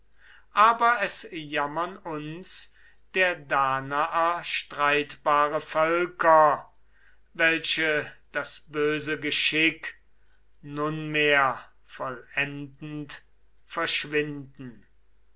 aber es jammern uns der danaer streitbare völker welche das böse geschick nunmehr vollendend verschwinden